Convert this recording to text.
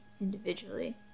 individually